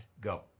Go